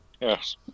Yes